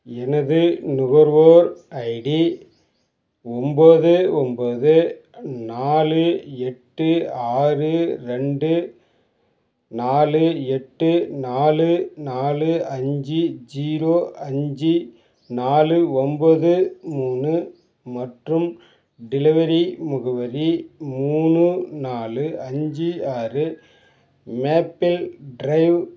எனது நுகர்வோர் ஐடி ஒன்போது ஒன்போது நாலு எட்டு ஆறு ரெண்டு நாலு எட்டு நாலு நாலு அஞ்சு ஜீரோ அஞ்சு நாலு ஒன்போது மூணு மற்றும் டெலிவரி முகவரி மூணு நாலு அஞ்சு ஆறு மேப்பிள் ட்ரைவ்